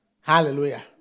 Hallelujah